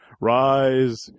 rise